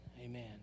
Amen